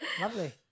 Lovely